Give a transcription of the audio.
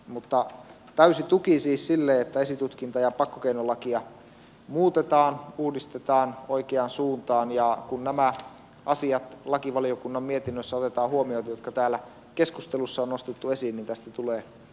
mutta täysi tuki siis sille että esitutkinta ja pakkokeinolakia muutetaan uudistetaan oikeaan suuntaan ja kun lakivaliokunnan mietinnössä otetaan huomioon nämä asiat jotka täällä keskustelussa on nostettu esiin niin tästä tulee hyvä uudistus